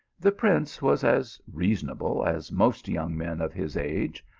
the prince was as reasonable as most young men of his age,